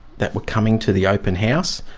that were coming to the open house,